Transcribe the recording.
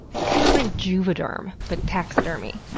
it's kind of like juvederm but taxidermy,